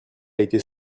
été